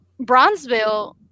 Bronzeville